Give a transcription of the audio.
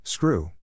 Screw